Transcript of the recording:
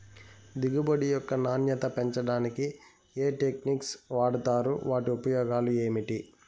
దిగుబడి యొక్క నాణ్యత పెంచడానికి ఏ టెక్నిక్స్ వాడుతారు వాటి ఉపయోగాలు ఏమిటి?